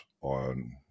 on